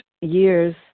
years